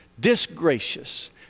disgracious